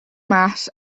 mass